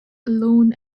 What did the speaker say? alone